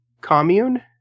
commune